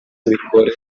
bikore